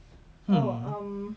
hmm